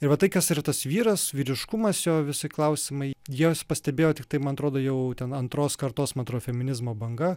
ir va tai kas yra tas vyras vyriškumas jo visi klausimai jos pastebėjo tiktai man atrodo jau ten antros kartos man atrodo feminizmo banga